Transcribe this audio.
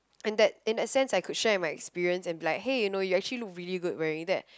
in that in that sense I could share my experience and like hey you know you actually look really good wearing that